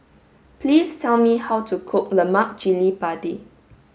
please tell me how to cook Lemak Cili Padi